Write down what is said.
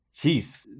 Jeez